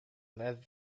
led